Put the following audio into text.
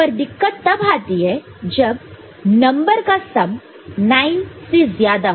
पर दिक्कत तब आती है जब नंबर का सम 9 से ज्यादा हो